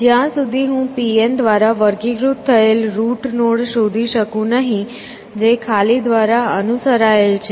જ્યાં સુધી હું Pn દ્વારા વર્ગીકૃત થયેલ રૂટ નોડ શોધી શકું નહીં જે ખાલી દ્વારા અનુસરાયેલ છે